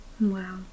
wow